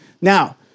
Now